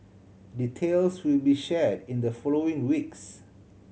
details will be shared in the following weeks